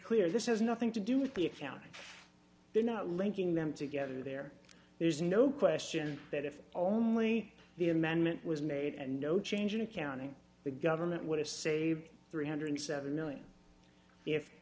clear this has nothing to do with the accounting they're not linking them together there is no question that if only the amendment was made and no change in accounting the government would have saved three hundred and seven million